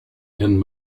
and